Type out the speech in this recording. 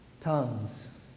tongues